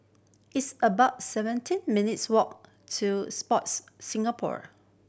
it's about seventeen minutes' walk to Sports Singapore